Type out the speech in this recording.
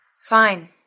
Fine